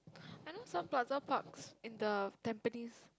I know some Plaza Parks in the tampines